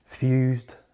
Fused